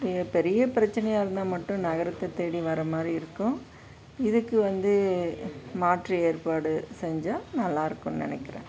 ஒரு பெரிய பிரச்சனையாக இருந்தால் மட்டும் நகரத்தை தேடி வர மாதிரி இருக்கும் இதுக்கு வந்து மாற்று ஏற்பாடு செஞ்சால் நல்லாயிருக்கும்னு நினைக்கிறேன்